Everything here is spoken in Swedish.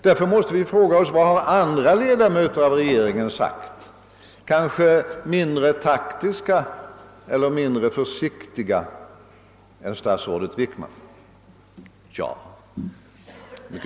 Vi måste fråga oss vad andra ledamöter av regeringen — kanske mindre taktiska och mindre försiktiga än statsrådet Wickman — har sagt.